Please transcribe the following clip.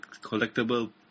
collectible